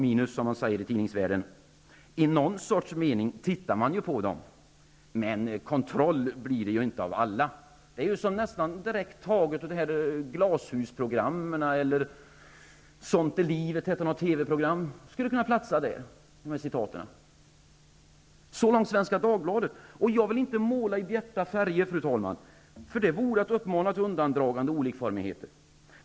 I någon sorts mening tittar man ju på dem, men kontroll blir det ju inte av alla.'' Dessa citat skulle kunna platsa i TV-program som ''Glashuset'' eller ''Sånt är livet''. Jag vill inte måla i bjärta färger, fru talman, för det vore att uppmana till undandragande och olikformigheter.